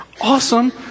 Awesome